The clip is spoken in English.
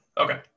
Okay